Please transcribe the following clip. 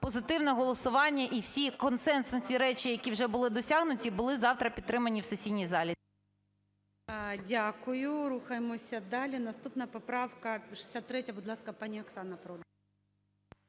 позитивне голосуванні, і всі консенсусні речі, які вже були досягнуті, були завтра підтримані в сесійній залі. ГОЛОВУЮЧИЙ. Дякую. Рухаємося далі. Наступна, поправка 63, будь ласка, пані Оксана Продан.